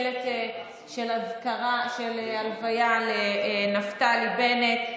שלט של הלוויה לנפתלי בנט,